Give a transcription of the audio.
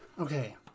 Okay